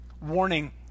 warning